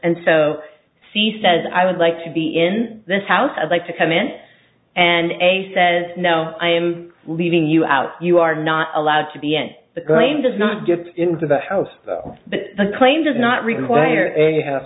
and so she says i would like to be in this house i'd like to come in and a says no i am leaving you out you are not allowed to be in the green does not get into the house but the claim does not require a